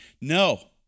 No